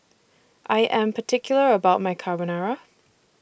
I Am particular about My Carbonara